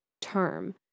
term